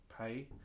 pay